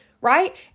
right